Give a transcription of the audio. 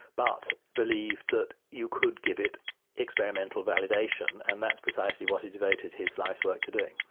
but believed that you could give it experimental validation, and that's precisely what he devoted his life's work to doing.